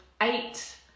eight